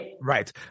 Right